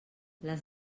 les